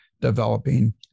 developing